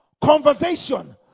conversation